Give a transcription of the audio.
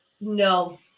No